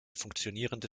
funktionierende